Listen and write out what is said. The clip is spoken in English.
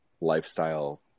lifestyle